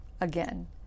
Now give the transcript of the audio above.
again